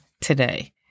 today